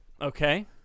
Okay